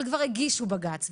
אבל כבר הגישו בג"ץ,